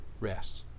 rest